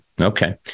Okay